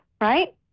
Right